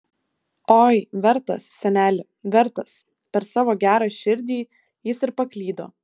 oi vertas seneli vertas per savo gerą širdį jis ir paklydo